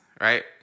right